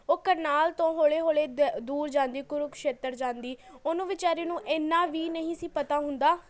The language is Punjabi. ਓਹ ਕਰਨਾਲ ਤੋਂ ਹੌਲੀ ਹੌਲੀ ਦ ਦੂਰ ਜਾਂਦੀ ਕੁਰੂਕਸ਼ੇਤਰ ਜਾਂਦੀ ਓਹਨੂੰ ਵਿਚਾਰੀ ਨੂੰ ਇੰਨਾਂ ਵੀ ਨਹੀਂ ਸੀ ਪਤਾ ਹੁੰਦਾ